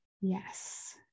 yes